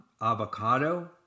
avocado